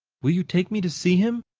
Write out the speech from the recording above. will you take me to see him?